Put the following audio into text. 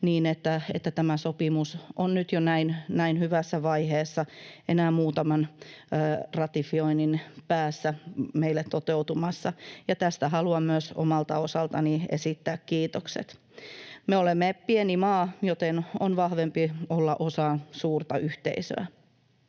niin, että tämä sopimus on nyt jo näin hyvässä vaiheessa, enää muutaman ratifioinnin päässä meille toteutumassa, ja tästä haluan myös omalta osaltani esittää kiitokset. Me olemme pieni maa, joten on vahvempi olla osa suurta yhteisöä.